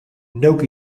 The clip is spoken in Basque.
neuk